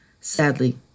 Sadly